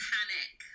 Panic